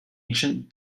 ancient